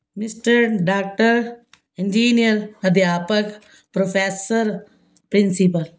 mister doctor engineer ਅਧਿਆਪਕ professor principal